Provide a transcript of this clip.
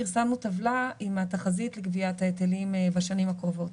פרסמנו טבלה עם התחזית לגביית ההיטלים בשנים הקרובות.